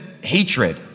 hatred